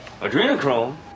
Adrenochrome